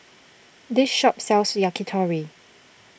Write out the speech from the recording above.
this shop sells Yakitori